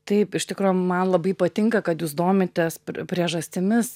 taip iš tikro man labai patinka kad jūs domitės priežastimis